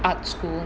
art school